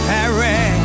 Harry